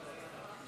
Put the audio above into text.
חבריי חברי הכנסת,